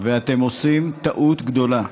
ואתם עושים טעות גדולה.